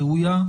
ראויה,